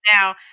Now